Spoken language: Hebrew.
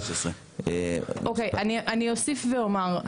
אני אוסיף ואומר,